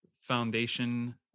foundation